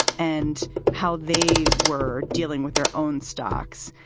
and how they were dealing with their own stocks.